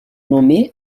nommée